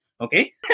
Okay